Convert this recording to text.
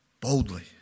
boldly